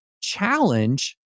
challenge